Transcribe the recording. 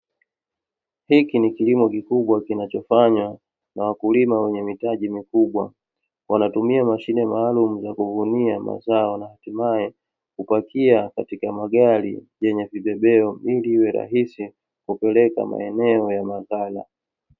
Hiki ni kilimo kikubwa kinachofanywa na wakulima wenye mitaji mikubwa, wanatumia mashine maalumu za kuhudumia mazao, na hatimaye kupakia katika magari yenye vibebeo ili iwe rahisi kupeleka maeneo ya maghala.